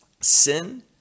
sin